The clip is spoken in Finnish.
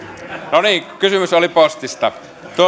niin kysymys oli postista